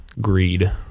greed